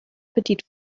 appetit